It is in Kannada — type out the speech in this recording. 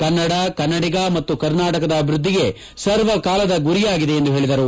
ಕನ್ನಡ ಕನ್ನಡಿಗ ಮತ್ತು ಕರ್ನಾಟಕದ ಅಭಿವೃದ್ದಿಯೇ ಸರ್ವ ಕಾಲದ ಗುರಿಯಾಗಿದೆ ಎಂದು ಹೇಳಿದರು